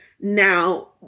Now